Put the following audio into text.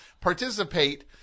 participate